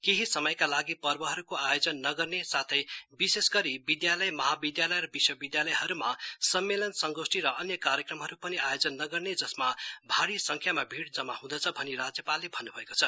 केही समयका लागि पर्वहरूको आयोजन नगर्ने साथै विशेष गरी विधालय महाविधालय र विश्वविधालयहरूमा सम्मेलन संगोष्ठी अन्य कार्यक्रमहरू पनि आयोजन नगर्ने जसमा भारी संख्यामा भीड़ जमा हुँदछ भनी राज्यपालले भन्नुभएको छ